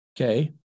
Okay